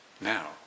now